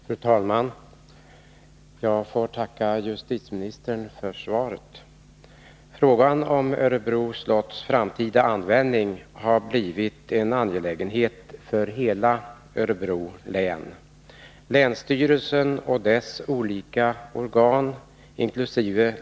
Fru talman! Jag ber att få tacka justitieministern för svaret. Frågan om Örebro slotts framtida användning har blivit en angelägenhet för hela Örebro län. Länsstyrelsen och dess olika organ, inkl.